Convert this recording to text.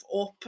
up